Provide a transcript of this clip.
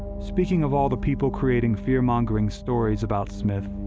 speaking of all the people creating fearmongering stories about smith,